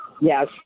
Yes